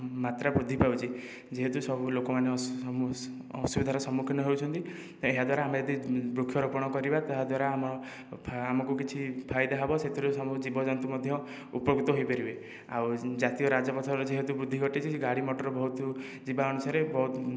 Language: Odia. ମାତ୍ରା ବୃଦ୍ଧି ପାଉଛି ଯେହେତୁ ଲୋକମାନେ ଅସୁବିଧାର ସମ୍ମୁଖୀନ ହେଉଛନ୍ତି ଏହା ଦ୍ୱାରା ଆମେ ଯଦି ବୃକ୍ଷ ରୋପଣ କରିବା ତାହାଦ୍ୱାରା ଆମର ଆମକୁ କିଛି ଫାଇଦା ହେବ ସେଥିରୁ ଜୀବଜନ୍ତୁ ମଧ୍ୟ ଉପକୃତ ହୋଇପାରିବେ ଆଉ ଜାତୀୟ ରାଜପଥର ଯେହେତୁ ବୃଦ୍ଧି ଘଟିଛି ଗାଡ଼ି ମଟର ବହୁତ ଯିବା ଅନୁସାରେ ବହୁତ